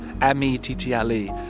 m-e-t-t-l-e